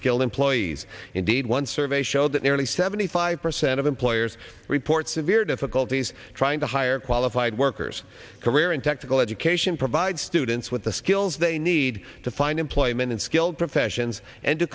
skilled employees indeed one survey showed that nearly seventy five percent of employers report severe difficulties trying to hire qualified workers career and technical education provide students with the skills they need to find employment in skilled professions and to